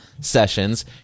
sessions